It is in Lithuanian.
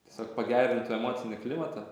tiesiog pagerintų emocinį klimatą